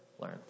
learn